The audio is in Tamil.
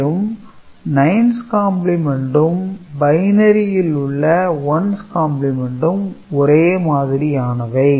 மேலும் 9's கம்பிளிமெண்டும் பைனரியில் உள்ள 1's கம்பிளிமெண்டும் ஒரே மாதிரியானவை